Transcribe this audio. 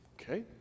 okay